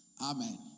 Amen